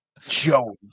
Joey